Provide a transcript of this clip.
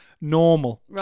Normal